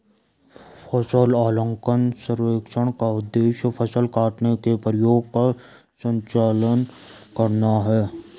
फसल आकलन सर्वेक्षण का उद्देश्य फसल काटने के प्रयोगों का संचालन करना है